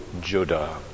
Judah